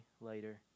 later